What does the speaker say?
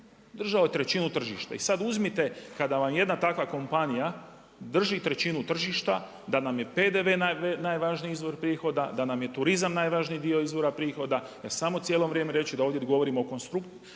Držao je trećinu tržišta. I sad uzmite, kada vam jedna takva kompanija drži trećinu tržišta, da nam je PDV najvažniji izvor prihoda, da nam je turizam najvažniji izvora prihoda. Ja samo cijelo vrijeme reći da ovdje govorimo konstruktivno,